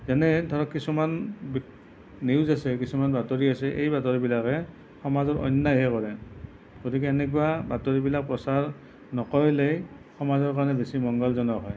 যেনে ধৰক কিছুমান নিউজ আছে কিছুমান বাতৰি আছে এই বাতৰিবিলাকে সমাজৰ অন্য়ায়হে কৰে গতিকে এনেকুৱা বাতৰিবিলাক প্ৰচাৰ নকৰিলেই সমাজৰ কাৰণে বেছি মংগলজনক হয়